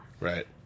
right